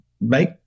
make